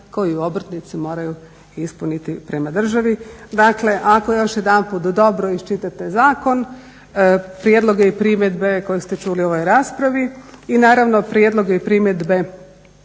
koju obrtnici moraju ispuniti prema državi. Dakle ako još jedanput dobro iščitate zakon prijedloge i primjedbe koje ste čuli u ovoj raspravi i naravno prijedloge i primjedbe